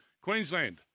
Queensland